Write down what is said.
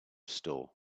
store